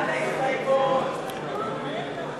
ההסתייגות של קבוצת סיעת